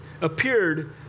appeared